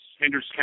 Henderson